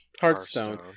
Hearthstone